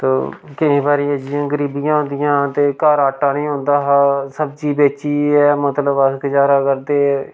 तो केईं बारी एह् जेहियां गरीबियां होंदियां ते घर आटा निं होंदा हा सब्जी बेचियै मतलब अस गजारा करदे हे